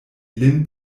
lin